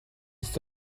ist